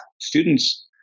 students